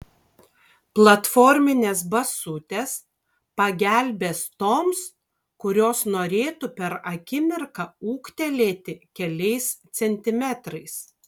platforminės basutės pagelbės toms kurios norėtų per akimirką ūgtelėti keliais centimetrais